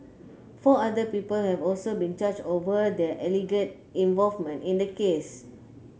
four other people have also been charged over their alleged involvement in the case